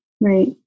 right